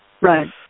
Right